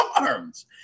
arms